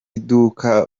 iduka